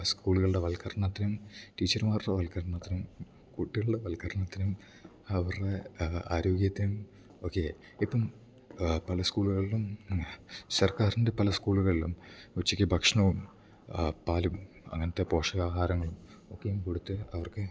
സ്കൂള്കൾടെ വൽക്കരണത്തിനും ടീച്ചർമാർടെ വൽക്കരണത്തിനും കുട്ടികൾടെ വൽക്കരണത്തിനും അവർടെ ആരോഗ്യത്തേം ഒക്കെ ഇപ്പം പല സ്കൂള്കൾളും സർക്കാരിൻറ്റെ പല സ്കൂള്കൾളും ഉച്ചക്ക് ഭക്ഷ്ണോം പാലും അങ്ങനത്തെ പോഷകാഹാരങ്ങളും ഒക്കെയും കൊടുത്ത് അവർക്ക്